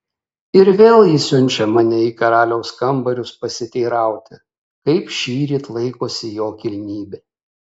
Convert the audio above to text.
ir vėl ji siunčia mane į karaliaus kambarius pasiteirauti kaip šįryt laikosi jo kilnybė